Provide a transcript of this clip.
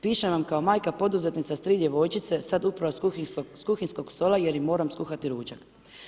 Pišem vam kao majka poduzetnica s 3 djevojčice sad upravo s kuhinjskog stola jer im moram skuhati ručak.